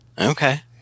Okay